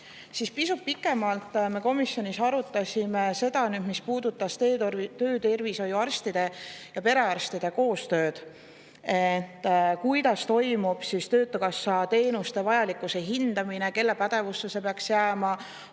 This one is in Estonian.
Pisut pikemalt me komisjonis arutasime seda, mis puudutas töötervishoiuarstide ja perearstide koostööd: kuidas toimub töötukassa teenuste vajalikkuse hindamine, kelle pädevusse see peaks jääma.